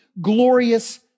glorious